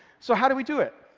so how do we do it?